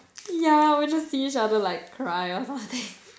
yeah we'll just see each other like cry or something